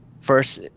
First